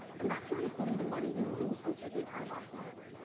and that's not including the money you lose from taking time off work.